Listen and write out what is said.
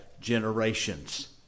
generations